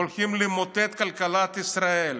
הולכים למוטט את כלכלת ישראל.